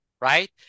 right